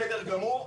בסדר גמור,